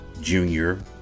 junior